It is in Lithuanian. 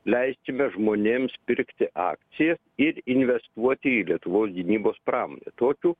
leiskime žmonėms pirkti akcijas ir investuoti į lietuvos gynybos pramonę tokiu